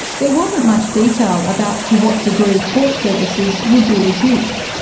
there wasn't much detail about to what degree court services would be reduced.